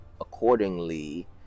accordingly